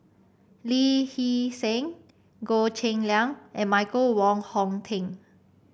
Lee Hee Seng Goh Cheng Liang and Michael Wong Hong Teng